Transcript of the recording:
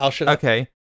Okay